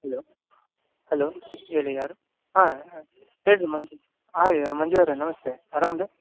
hello hello ಹೇಳಿ ಯಾರು ಹಾಂ ಹಾಂ ಹೇಳಿ ಮಂಜು ಹಾಂ ಮಂಜು ಅವರೇ ನಮಸ್ತೆ ಆರಾಮಾ ರಿ